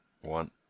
One